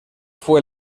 fue